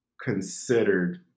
considered